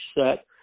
set